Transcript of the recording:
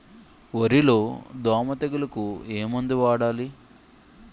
వరిలో దోమ తెగులుకు ఏమందు వాడాలి?